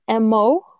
mo